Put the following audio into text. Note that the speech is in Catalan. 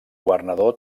governador